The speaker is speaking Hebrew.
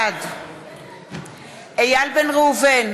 בעד איל בן ראובן,